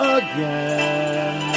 again